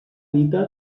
dita